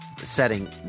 setting